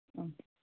ம்